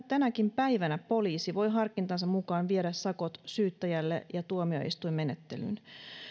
tänäkin päivänä poliisi voi harkintansa mukaan viedä sakot syyttäjälle ja tuomioistuinmenettelyyn